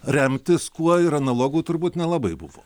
remtis kuo ir analogų turbūt nelabai buvo